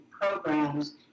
Programs